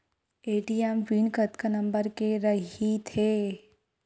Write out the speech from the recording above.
ATM PIN कतका number के रही थे?